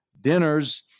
dinners